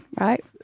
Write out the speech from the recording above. right